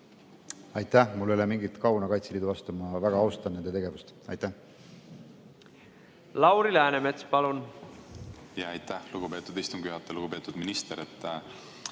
Aitäh! Mul ei ole mingit kauna Kaitseliidu vastu, ma väga austan nende tegevust. Lauri Läänemets, palun! Aitäh, lugupeetud istungi juhataja! Lugupeetud minister!